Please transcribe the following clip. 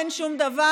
אין שום דבר.